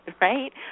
right